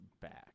back